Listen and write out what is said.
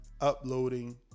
uploading